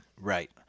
Right